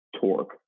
torque